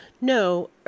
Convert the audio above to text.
No